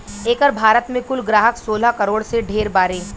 एकर भारत मे कुल ग्राहक सोलह करोड़ से ढेर बारे